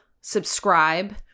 subscribe